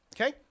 Okay